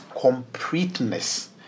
completeness